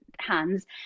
hands